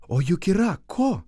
o juk yra ko